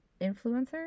influencer